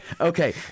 Okay